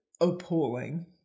appalling